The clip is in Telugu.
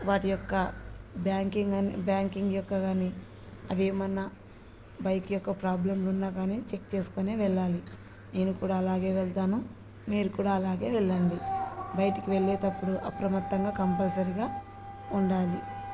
వాటి యొక్క బ్యాంకింగ్ అని బ్యాంకింగ్ యొక్క కానీ అవ ఏమన్నా బైక్ యొక్క ప్రాబ్లంలు ఉన్నా కానీ చెక్ చేసుకునే వెళ్ళాలి నేను కూడా అలాగే వెళ్తాను మీరు కూడా అలాగే వెళ్ళండి బయటకి వెళ్ళేటప్పుడు అప్రమత్తంగా కంపల్సరీగా ఉండాలి